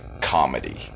comedy